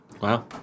Wow